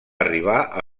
arribar